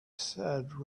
said